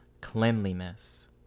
cleanliness